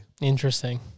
Interesting